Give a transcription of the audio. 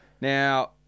Now